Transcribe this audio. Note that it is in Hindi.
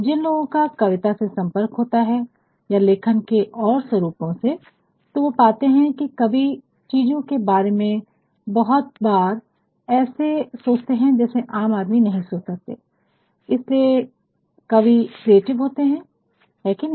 जिन लोगों का कविता से संपर्क होता है या लेखन के और स्वरूपों से तो वो पाते हैं कि कवि चीजों के बारे में बहुत बार ऐसे सोचते हैं जैसे आम आदमी नहीं सोच सकते हैं और इसीलिए कवि क्रिएटिव होते हैं है कि नहीं